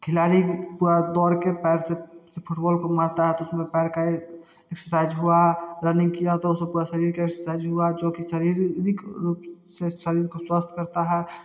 खिलाड़ी पूरा दौड़के पैर से से फुटबॉल को मारता है तो उसमें पैर का एक्सरसाइज हुआ रनिंग किया तो उसको पूरा शरीर का एक्सरसाइज हुआ जो कि शारीरिक रूप से शरीर को स्वस्थ करता है